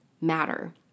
matter